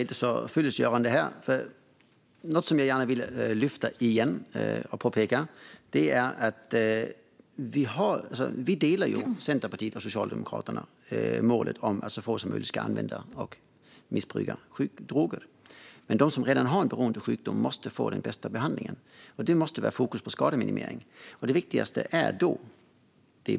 Något jag gärna vill lyfta upp igen är att Centerpartiet och Socialdemokraterna delar målet om att så få som möjligt ska använda och missbruka droger. Men de som redan har en beroendesjukdom måste få den bästa behandlingen, och det måste vara fokus på skademinimering.